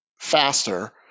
faster